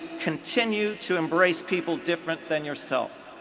continue to embrace people different than yourself.